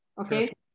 okay